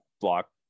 block